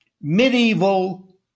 medieval